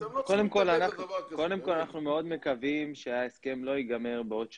קודם כל אנחנו מאוד מקווים שההסכם לא ייגמר בעוד שנה,